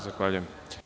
Zahvaljujem.